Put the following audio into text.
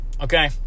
Okay